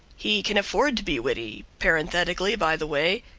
he can afford to be witty, parenthetically, by the way,